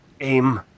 aim